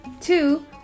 Two